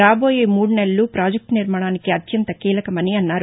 రాబోయే మూడు నెలలు ప్రాజెక్టు నిర్మాణానికి అత్యంత కీలకమని అన్నారు